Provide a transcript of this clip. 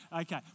okay